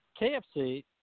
KFC